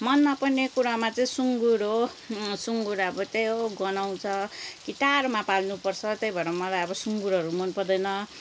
मन नपर्ने कुरामा चाहिँ सुँगुर हो सुङ्गुर अब त्यही हो गनाउँछ कि टाढोमा पाल्नुपर्छ त्यही भएर मलाई अब सुङ्गुरहरू मनपर्दैन